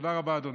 תודה רבה, אדוני.